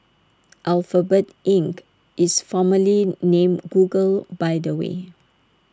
Alphabet Inc is formerly named Google by the way